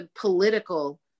political